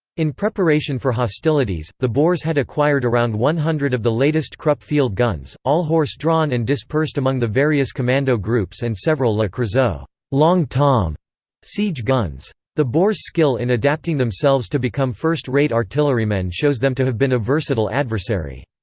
in preparation for hostilities, the boers had acquired around one hundred of the latest krupp field guns, all horse-drawn and dispersed among the various kommando groups and several le creusot so long tom siege guns. the boers' skill in adapting themselves to become first-rate artillerymen shows them to have been a versatile adversary.